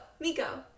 Miko